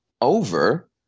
over